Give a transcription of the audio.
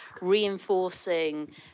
reinforcing